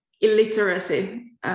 illiteracy